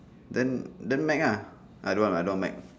then then Mac ah I don't want I don't want Mac